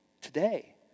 today